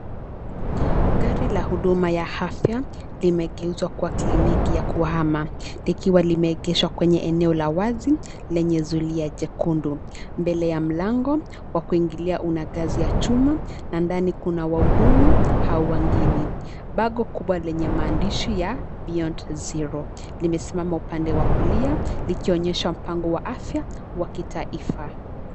Gari la huduma ya afya limegeuzwa kuwa Kliniki ya kuhama likiwa limeegeshwa kwenye eneo la wazi lenye zulia jekundu mbele ya mlango wa kuingia kuna ngazi ya chuma na ndani kuna waudumu au wageni. Bango kubwa lenye maandishi ya Beyond Zero limesimama upande wa kulia likionyesha mpango wa afya wa kitaifa.